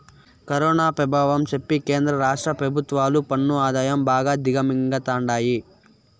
corona పెభావం సెప్పి కేంద్ర రాష్ట్ర పెభుత్వాలు పన్ను ఆదాయం బాగా దిగమింగతండాయి